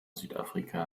südafrika